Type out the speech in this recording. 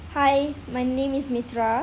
hi my name is mitraa